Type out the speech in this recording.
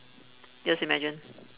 just imagine